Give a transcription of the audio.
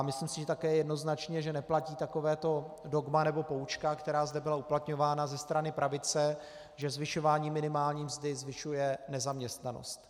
Myslím si také jednoznačně, že neplatí takové to dogma, nebo poučka, která zde byla uplatňována ze strany pravice, že zvyšování minimální mzdy zvyšuje nezaměstnanost.